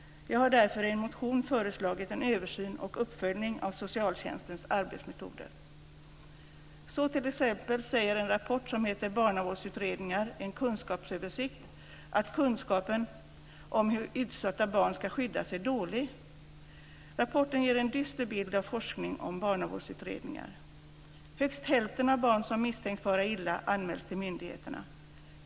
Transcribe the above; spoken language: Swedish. Jag har därför i en motion föreslagit en översyn och uppföljning av socialtjänstens arbetsmetoder. Så t.ex. säger en rapport som heter Barnavårdsutredningar - en kunskapsöversikt att kunskapen om hur utsatta barn ska skyddas är dålig. Rapporten ger en dyster bild av forskning om barnavårdsutredningar. Högst hälften av fallen där barn misstänks fara illa anmäls till myndigheterna.